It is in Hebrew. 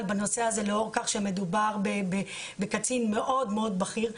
בנושא הזה לאור העובדה שמדובר בקצין מאוד מאוד בכיר.